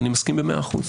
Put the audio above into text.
אני מסכים במאה אחוז.